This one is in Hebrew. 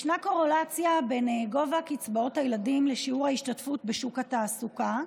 יש קורלציה בין גובה קצבאות הילדים לשיעור ההשתתפות בשוק התעסוקה,